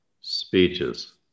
speeches